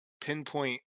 pinpoint